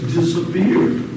disappeared